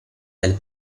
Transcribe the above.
del